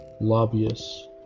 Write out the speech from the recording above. lobbyists